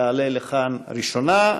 תעלה לכאן ראשונה,